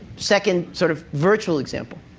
second sort of virtual example